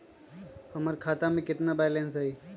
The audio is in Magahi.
हमर खाता में केतना बैलेंस हई?